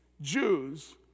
Jews